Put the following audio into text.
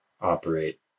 operate